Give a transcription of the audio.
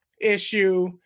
issue